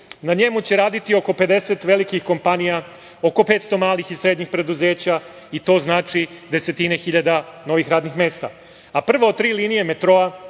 Na njemu će raditi oko 50 velikih kompanija, oko 500 malih i srednjih preduzeća. To znači desetine hiljada novih radnih mesta. Prva od tri linije metroa